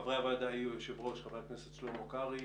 חברי הוועדה יהיו: חבר הכנסת שלמה קרעי